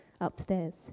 upstairs